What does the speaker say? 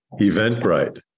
Eventbrite